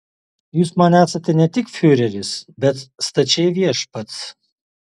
jūs man esate ne tik fiureris bet stačiai viešpats